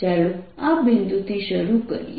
ચાલો આ બિંદુથી શરૂ કરીએ